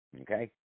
Okay